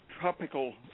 tropical